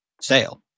sale